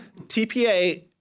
TPA